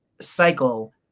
cycle